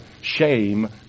shame